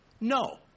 No